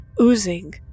oozing